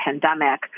pandemic